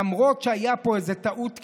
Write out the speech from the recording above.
למרות שהייתה פה איזו טעות קטנה,